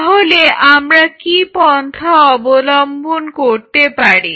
তাহলে আমরা কি পন্থা অবলম্বন করতে পারি